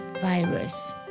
virus